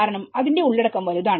കാരണം അതിന്റെ ഉള്ളടക്കം വലുതാണ്